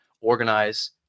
organize